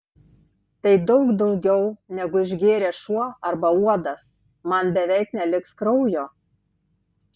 tai daug daugiau negu išgėrė šuo arba uodas man beveik neliks kraujo